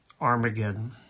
Armageddon